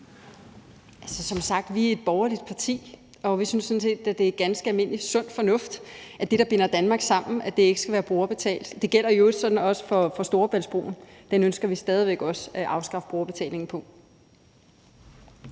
som sagt er vi et borgerligt parti, og vi synes sådan set, det er ganske almindelig sund fornuft, at det, der binder Danmark sammen, ikke skal være brugerbetalt. Det gælder i øvrigt også for Storebæltsbroen. Den ønsker vi stadig væk også at afskaffe brugerbetalingen på.